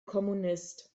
kommunist